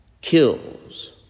kills